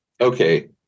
okay